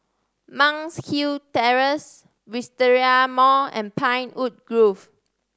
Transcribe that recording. Monk's Hill Terrace Wisteria Mall and Pinewood Grove